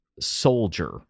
soldier